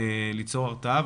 ליצור הרתעה.